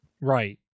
Right